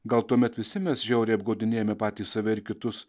gal tuomet visi mes žiauriai apgaudinėjame patys save ir kitus